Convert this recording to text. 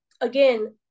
Again